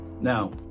Now